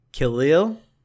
Khalil